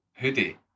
hoodie